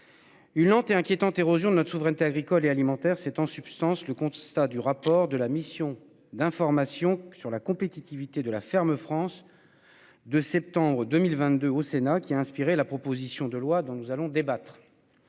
Une lente et inquiétante érosion de notre souveraineté agricole et alimentaire. C'est en substance le constat du rapport de la mission d'information sur la compétitivité de la ferme France. 2 septembre 2022 au Sénat qui a inspiré la proposition de loi dont nous allons débattre.